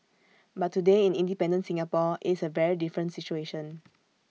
but today in independent Singapore IT is A very different situation